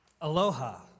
Aloha